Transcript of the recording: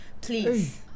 Please